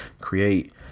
create